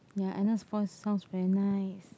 ya Agnes voice sounds very nice